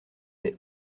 des